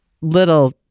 little